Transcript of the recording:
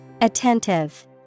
Attentive